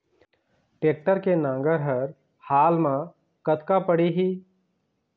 Tractor के नांगर हर हाल मा कतका पड़िही?